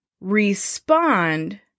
respond